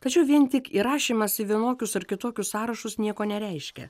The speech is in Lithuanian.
tačiau vien tik įrašymas į vienokius ar kitokius sąrašus nieko nereiškia